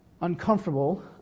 uncomfortable